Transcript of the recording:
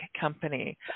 company